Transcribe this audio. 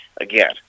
again